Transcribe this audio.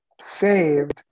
saved